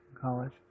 college